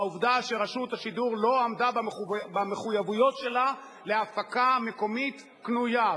העובדה שרשות השידור לא עמדה במחויבויות שלה להפקה מקומית קנויה.